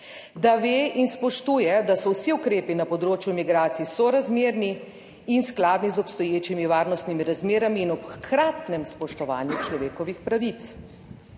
da ve in spoštuje, da so vsi ukrepi na področju migracij sorazmerni in skladni z obstoječimi varnostnimi razmerami in ob hkratnem spoštovanju človekovih pravic.